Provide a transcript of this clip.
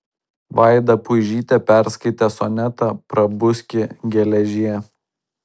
vaida puižytė perskaitė sonetą prabuski geležie